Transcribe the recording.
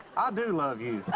ah do love you.